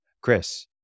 Chris